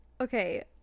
okay